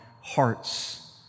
hearts